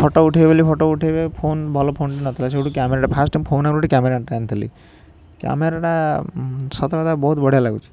photo ଉଠେଇବି ବୋଲି photo ଉଠେଇବି ଫୋନ୍ ଭଲ ଫୋନଟେ ନଥିଲା ସେଇଠୁ କ୍ୟାମେରାଟା ଫାଷ୍ଟ ଫୋନ୍ ଆଗରୁ ଗୋଟେ କ୍ୟାମେରାଟେ ଆଣିଥିଲି କ୍ୟାମେରାଟା ସତକଥା ବହୁତ ବଢ଼ିଆ ଲାଗୁଛି